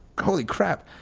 holy crap.